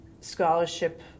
scholarship